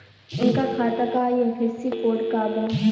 उनका खाता का आई.एफ.एस.सी कोड का बा?